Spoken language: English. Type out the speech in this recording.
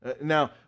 Now